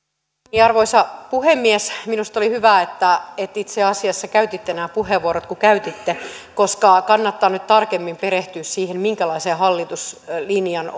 arvoisa puhemies minusta oli hyvä että itse asiassa käytitte nämä puheenvuorot niin kuin käytitte koska kannattaa nyt tarkemmin perehtyä siihen minkälaisen hallituslinjan